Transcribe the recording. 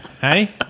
hey